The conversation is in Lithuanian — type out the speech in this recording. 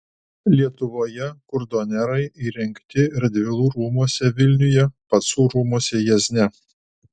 lietuvoje kurdonerai įrengti radvilų rūmuose vilniuje pacų rūmuose jiezne